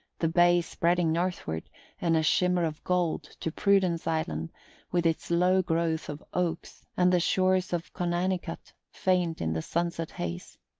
the bay spreading northward in a shimmer of gold to prudence island with its low growth of oaks, and the shores of conanicut faint in the sunset haze.